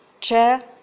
Chair